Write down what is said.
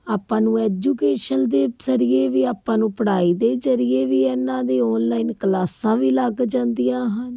ਆਪਾਂ ਨੂੰ ਐਜੂਕੇਸ਼ਨ ਦੇ ਜਰੀਏ ਵੀ ਆਪਾਂ ਨੂੰ ਪੜ੍ਹਾਈ ਦੇ ਜਰੀਏ ਵੀ ਇਹਨਾਂ ਦੇ ਆਨਲਾਈਨ ਕਲਾਸਾਂ ਵੀ ਲੱਗ ਜਾਂਦੀਆਂ ਹਨ